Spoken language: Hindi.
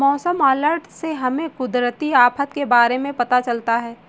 मौसम अलर्ट से हमें कुदरती आफत के बारे में पता चलता है